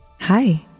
Hi